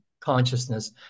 consciousness